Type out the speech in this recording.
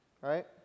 right